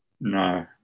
No